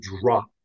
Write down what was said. drop